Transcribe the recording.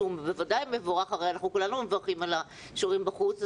שהוא בוודאי מבורך וכולנו מברכים על השיעורים בחוץ,